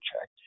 check